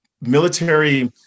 military